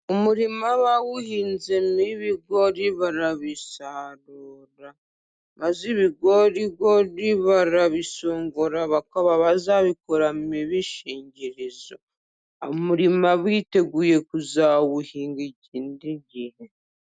Umurima bawuhinzemo ibigori barabisarura. Maze ibigorigori barabisongora, bakaba bazabikoramo ibishingirizo. Umuma biteguye kuzawuhinga.